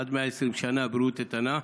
עד 120 שנה ובריאות איתנה.